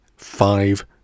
five